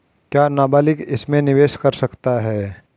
क्या नाबालिग इसमें निवेश कर सकता है?